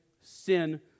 sin